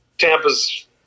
Tampa's